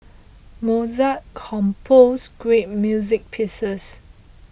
Mozart composed great music pieces